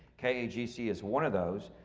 kagc is one of those,